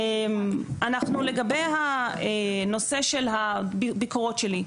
לגבי הנושא של הביקורות שלי,